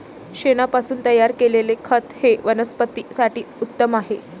शेणापासून तयार केलेले खत हे वनस्पतीं साठी उत्तम आहे